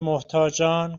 محتاجان